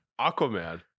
Aquaman